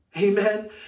Amen